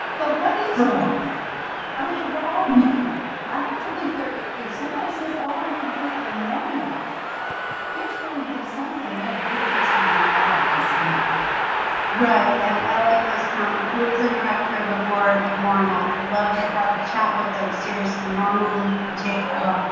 but what is them i mean we're all different i don't believe there if somebody says, oh i'm completely normal there's going to be something they do that's gonna be odd to somebody right and i like this comment who is a director of the board of normal i love to have a chat with them seriously normal to take her